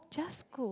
just go